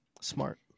Smart